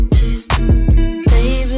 Baby